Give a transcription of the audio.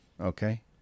Okay